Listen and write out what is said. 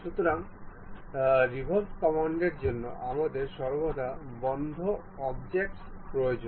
সুতরাং রেভল্ভ কমান্ডের জন্য আমাদের সর্বদা বন্ধ বস্তুগুলির প্রয়োজন